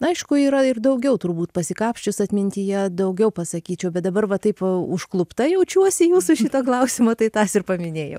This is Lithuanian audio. aišku yra ir daugiau turbūt pasikapsčius atmintyje daugiau pasakyčiau bet dabar va taip buvau užklupta jaučiuosi jūsų šito klausimo tai tas ir paminėjau